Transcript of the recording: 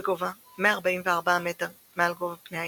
בגובה 144 מטר מעל גובה פני הים.